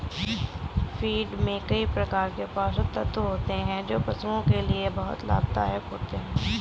feed में कई प्रकार के पोषक तत्व होते हैं जो पशुओं के लिए बहुत लाभदायक होते हैं